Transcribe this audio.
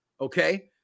Okay